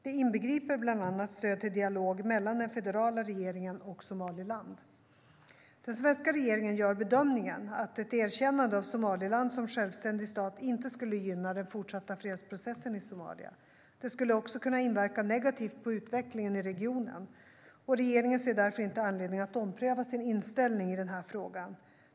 Det inbegriper bland annat stöd till dialog mellan den federala regeringen och Somaliland. Den svenska regeringen gör bedömningen att ett erkännande av Somaliland som självständig stat inte skulle gynna den fortsatta fredsprocessen i Somalia. Det skulle också kunna inverka negativt på utvecklingen i regionen. Regeringen ser därför inte anledning att ompröva sin inställning i denna fråga.